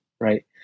right